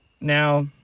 Now